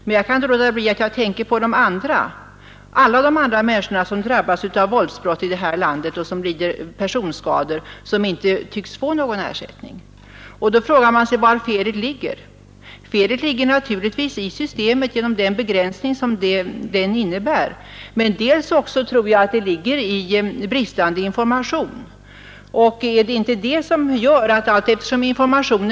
Men jag kan inte låta bli att tänka på alla de andra människor som drabbas av våldsbrott och lider personskador och som inte tycks få någon ersättning. Nr 36 Då frågar man sig var felet ligger. Felet ligger naturligtvis i systemet Onsdagen den med den begränsning som det innebär. Men till en del tror jag att det 8 mars 1972 ligger i bristande information.